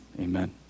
amen